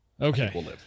Okay